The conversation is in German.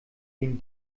den